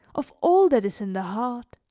of all that is in the heart.